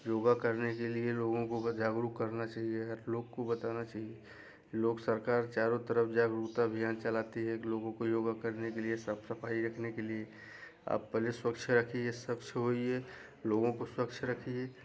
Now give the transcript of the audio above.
योगा करने के लिए लोग को घर जागरूक करना चाहिए हर लोगों को बताना चाहिए लोग सरकार चारों तरफ जागरूकता अभियान चलाती है लोगों को योगा करने के लिए साफ सफाई रखने के लिए आप पहले स्वच्छ रखिए स्वच्छ होइए लोगों को स्वच्छ रखिए